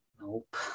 Nope